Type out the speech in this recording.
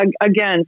again